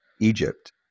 egypt